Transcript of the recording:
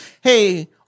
hey